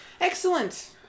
Excellent